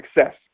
success